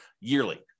yearly